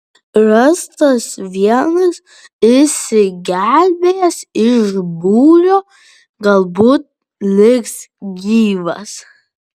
rastas vienas išsigelbėjęs iš būrio galbūt liks gyvas